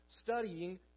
studying